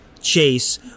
Chase